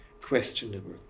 questionable